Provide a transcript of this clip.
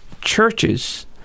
churches